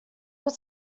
was